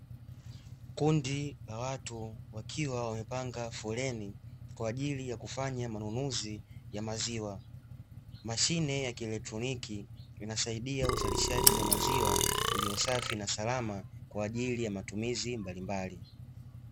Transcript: Kundi la watu wakiwa wamepanga foleni kwa ajili ya kufanya manunuzi ya maziwa, mashine ya kielektroniki inasaidia uzalishaji wa maziwa ulio safi na salama kwa ajili ya matumizi mbalimbali.